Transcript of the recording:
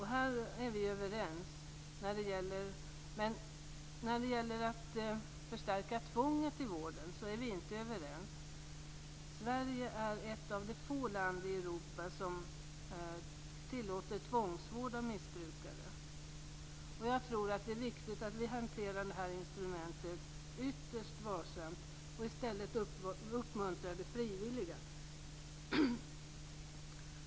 Här är vi överens, men vi är inte överens om att förstärka tvånget i vården. Sverige är ett av de få länder i Europa som tillåter tvångsvård av missbrukare. Jag tror att det är viktigt att vi hanterar det här instrumentet ytterst varsamt och i stället uppmuntrar det frivilliga.